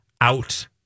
out